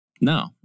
No